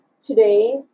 today